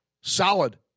solid